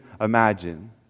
imagine